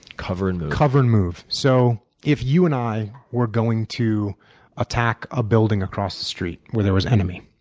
cover and move? cover and move. so if you and i were going to attack a building across the street where there was an enemy,